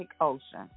Ocean